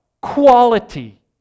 quality